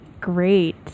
Great